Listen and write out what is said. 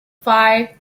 phi